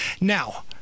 Now